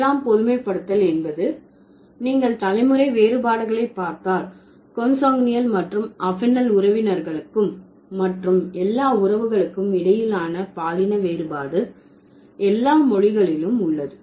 ஏழாம் பொதுமைப்படுத்தல் என்பது நீங்கள் தலைமுறை வேறுபாடுகளை பார்த்தால் கொண்சங்குனியால் மற்றும் அஃபினல் உறவினர்களுக்கும் மற்றும் எல்லா உறவுகளுக்கும் இடையிலான பாலின வேறுபாடு எல்லா மொழிகளிலும் உள்ளது